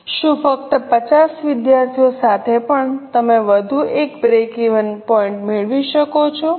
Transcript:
શું ફક્ત 50 વિદ્યાર્થીઓ સાથે પણ તમે વધુ એક બ્રેકવેન મેળવી શકો છો